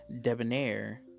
debonair